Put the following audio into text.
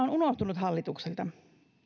on unohtunut hallitukselta